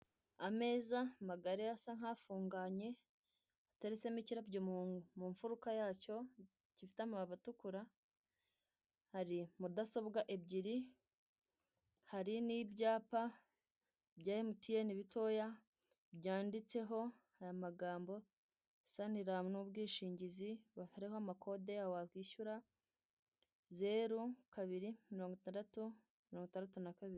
Ameza magari asa nk'akunganye, hateretsemo ikirabyo mu mfuruka yacyo hifite amababi atukura, hariho mudasobwa ebyiri. Hari n'ibyapa bya mtn bitoya byanditseho aya magambo;"sanlam ni ubwishingizi". Hariho ama code yabo wakwishyura; zeru kabiri, mirongo itandatu, mirongo itandatu na kabiri.